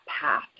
path